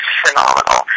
phenomenal